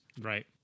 Right